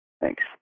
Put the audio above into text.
Thanks